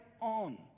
on